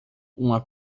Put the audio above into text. uma